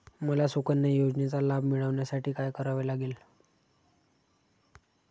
मला सुकन्या योजनेचा लाभ मिळवण्यासाठी काय करावे लागेल?